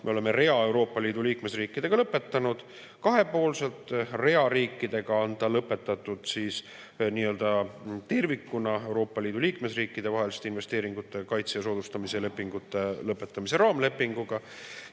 Me oleme rea Euroopa Liidu liikmesriikidega need lõpetanud kahepoolselt, rea riikidega on see lõpetatud tervikuna Euroopa Liidu liikmesriikide vaheliste investeeringute kaitse ja soodustamise lepingute lõpetamise raamlepinguga.